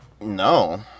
No